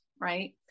right